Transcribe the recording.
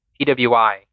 PWI